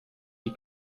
die